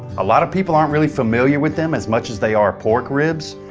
a lot of people aren't really familiar with them as much as they are pork ribs,